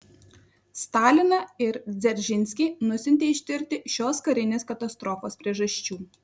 staliną ir dzeržinskį nusiuntė ištirti šios karinės katastrofos priežasčių